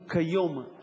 הוא לא קיים כיום,